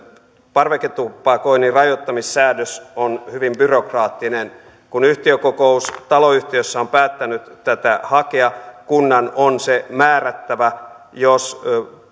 parveketupakoinnin rajoittamissäädös on hyvin byrokraattinen kun yhtiökokous taloyhtiössä on päättänyt tätä hakea kunnan on se määrättävä jos